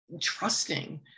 trusting